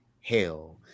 Hell